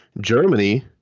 Germany